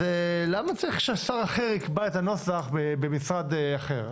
אז למה צריך ששר אחר יקבע את הנוסח במשרד אחר?